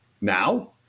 now